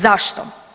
Zašto?